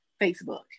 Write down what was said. Facebook